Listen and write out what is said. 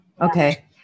okay